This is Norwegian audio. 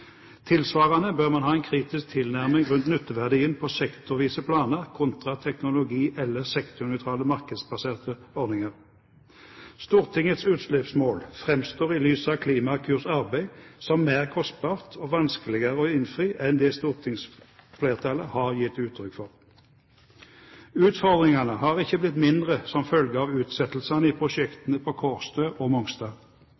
Tilsvarende bør man ha en kritisk tilnærming til nytteverdien av sektorvise planer kontra teknologi eller sektornøytrale, markedsbaserte ordninger. Stortingets utslippsmål framstår i lys av Klimakurs arbeid som mer kostbart og vanskeligere å innfri enn det stortingsflertallet har gitt uttrykk for. Utfordringene er ikke blitt mindre som følge av utsettelsene av prosjektene på Kårstø og Mongstad. Nasjonale klimatiltak må vurderes i